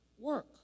work